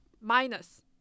minus